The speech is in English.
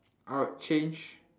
I would change